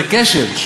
זה כשל.